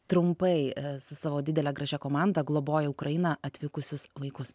trumpai su savo didele gražia komanda globoja į ukrainą atvykusius vaikus